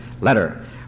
letter